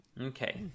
Okay